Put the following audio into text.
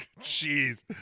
jeez